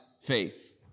faith